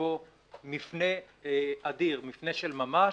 יקבל מפנה של ממש,